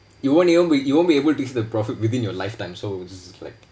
you won't you won't you won't be able to see the profit within your lifetime so this is like